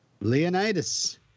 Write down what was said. Leonidas